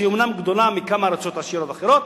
שהיא אומנם גדולה מבכמה ארצות עשירות אחרות,